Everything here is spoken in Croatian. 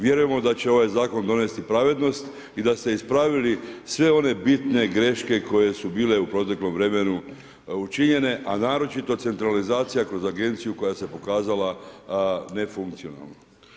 Vjerujemo da će ovaj zakon donesti pravednost i da ste ispravili sve one bitne greške koje su bile u proteklom vremenu učinjene, a naročito centralizacija kroz agenciju koja se pokazala nefunkcionalnom.